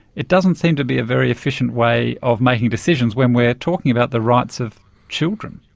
it doesn't seem to be a very efficient way of making decisions when we are talking about the rights of children.